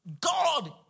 God